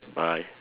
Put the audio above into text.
bye